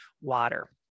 water